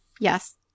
Yes